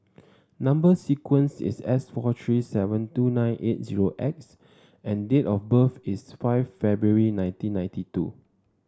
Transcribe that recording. number sequence is S four three seven two nine eight zero X and date of birth is five February nineteen ninety two